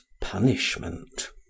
punishment